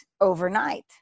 overnight